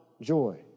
joy